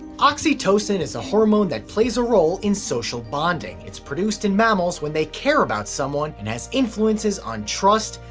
oxytocin is a hormone that plays a role in social bonding it's produced in mammals when they care about someone and has influences on trust,